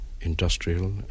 industrial